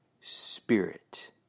spirit